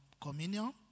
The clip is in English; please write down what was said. communion